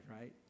right